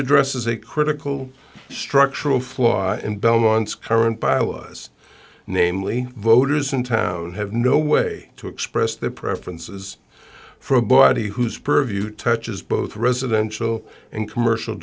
addresses a critical structural flaw in belmont's current by allies namely voters in town have no way to express their preferences for a body whose purview touches both residential and commercial